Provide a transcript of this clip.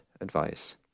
advice